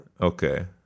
Okay